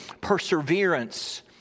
perseverance